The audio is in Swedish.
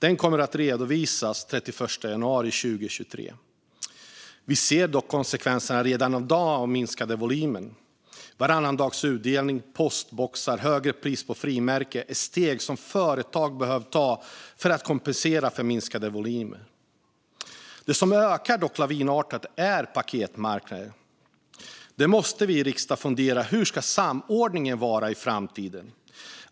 Den kommer att redovisas den 31 januari 2023. Vi ser dock redan i dag konsekvenser av minskade volymer. Varannandagsutdelning, postboxar och högre pris på frimärken är steg som företag har behövt ta för att kompensera för minskade volymer. Något som dock ökar lavinartat är paketmarknaden. Vi i riksdagen måste fundera på hur samordningen ska vara i framtiden.